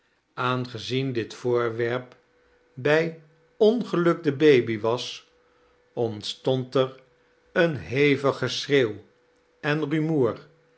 aangezien dit voorwerp bij kerstvert ellingen ongeluk de baby was ontstond er een hevig geschreeuw en rumoer